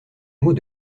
mot